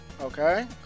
Okay